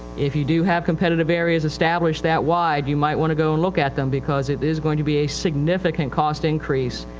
if you do have competitive areas established that wide, you might want to go and look at them, because it is going to be a significant cost increase,